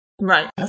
Right